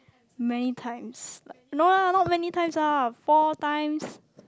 many times no lah not many times lah four times